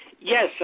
Yes